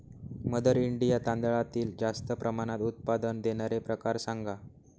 mother India तांदळातील जास्त प्रमाणात उत्पादन देणारे प्रकार सांगा